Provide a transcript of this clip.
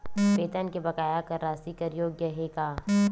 वेतन के बकाया कर राशि कर योग्य हे का?